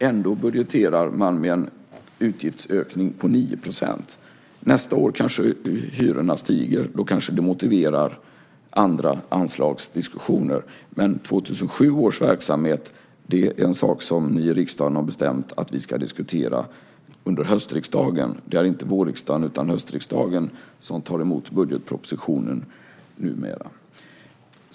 Ändå budgeterar man med en utgiftsökning på 9 %. Nästa år kanske hyrorna stiger. Då kanske det motiverar andra anslagsdiskussioner. Men 2007 års verksamhet är en sak som ni i riksdagen har bestämt att vi ska diskutera under höstriksdagen. Det är inte vårriksdagen utan höstriksdagen som tar emot budgetpropositionen numera.